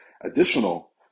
additional